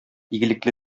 игелекле